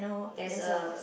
there's a